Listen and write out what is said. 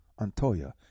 Antoya